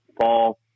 fall